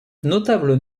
notables